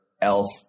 elf